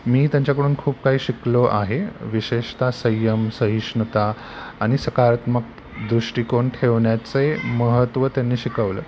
मी त्यांच्याकडून खूप काही शिकलो आहे विशेषतः संय्यम सहिष्णुता आणि सकारात्मक दृष्टिकोण ठेवण्याचे महत्त्व त्यांनी शिकवलं